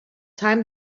time